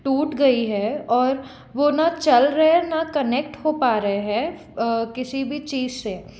टूट गई है वो ना चल रहा है ना कनेक्ट हो पा रहे है किसी भी चीज़ से